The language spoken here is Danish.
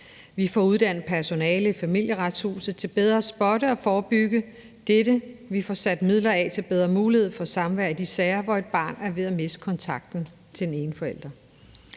Vi får uddannet personale i Familieretshuset til bedre at spotte og forebygge dette. Vi får sat midler af til bedre mulighed for samvær i de sager, hvor et barn er ved at miste kontakten til den ene forælder.